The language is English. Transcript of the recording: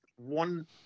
one